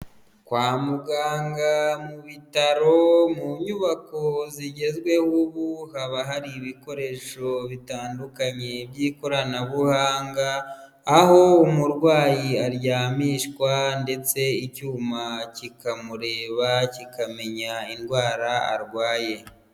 Kwa muganga mu bitaro mu nyubako zigezweho ubu haba hari ibikoresho bitandukanye by'ikoranabuhanga, aho umurwayi aryamishwa ndetse icyuma kikamureba kikamenya indwara arwaye.